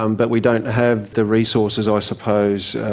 um but we don't have the resources, i suppose.